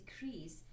decrease